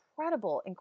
incredible